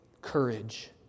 courage